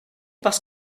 parce